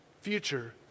future